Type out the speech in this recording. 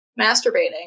masturbating